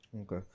okay